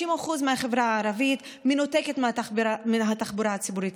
50% מהחברה הערבית מנותקת מן התחבורה הציבורית,